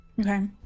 Okay